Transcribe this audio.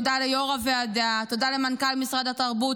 תודה ליו"ר הוועדה, תודה למנכ"ל משרד התרבות,